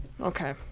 Okay